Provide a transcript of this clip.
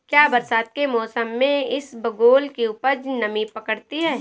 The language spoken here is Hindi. क्या बरसात के मौसम में इसबगोल की उपज नमी पकड़ती है?